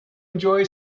enjoy